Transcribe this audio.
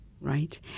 Right